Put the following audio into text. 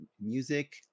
music